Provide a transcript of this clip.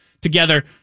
together